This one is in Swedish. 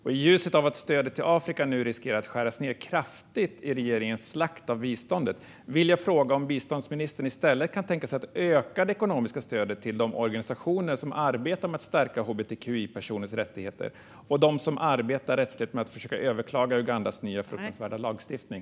I ljuset av att stödet till Afrika nu riskerar att skäras ned kraftigt i regeringens slakt av biståndet vill jag fråga: Kan biståndsministern i stället tänka sig att öka det ekonomiska stödet till de organisationer som arbetar med att stärka hbtqi-personers rättigheter och dem som arbetar rättsligt med att försöka överklaga Ugandas nya fruktansvärda lagstiftning?